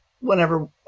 whenever